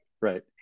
Right